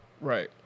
right